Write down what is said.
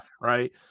Right